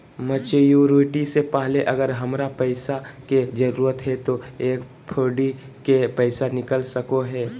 Maturity से पहले अगर हमरा पैसा के जरूरत है तो एफडी के पैसा निकल सको है?